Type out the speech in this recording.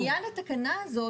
לעניין התקנה הזאת,